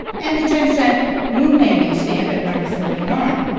and the ten cent moon-landing stamp at number thirty nine.